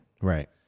Right